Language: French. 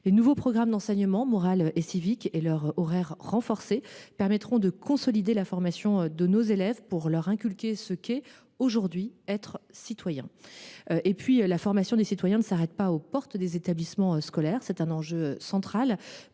Les nouveaux programmes d’enseignement moral et civique et leur volume horaire renforcé permettront de consolider la formation de nos élèves pour leur inculquer ce que c’est, aujourd’hui, être citoyen. Et puis, la formation des citoyens ne s’arrête pas aux portes des établissements scolaires. C’est un enjeu central